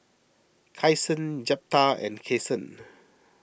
Kyson Jeptha and Kason